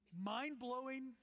mind-blowing